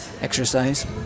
exercise